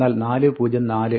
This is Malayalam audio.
എന്നാൽ 4 0 4